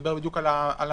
נדבר בדיוק על המועד,